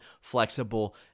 flexible